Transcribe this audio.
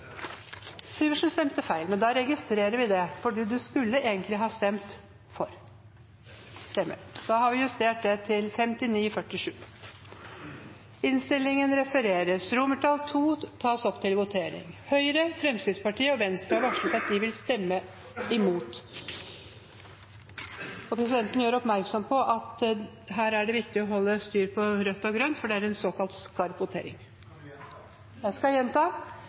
Syversen skulle egentlig ha stemt for. Da blir det 59 stemmer mot og 47 stemmer for forslaget. Komiteen hadde innstilt til Stortinget å gjøre slikt Det voteres først over II. Høyre, Fremskrittspartiet og Venstre har varslet at de vil stemme imot. Presidenten gjør oppmerksom på at her er det viktig å holde styr på rødt og grønt, for dette er en